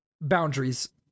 Boundaries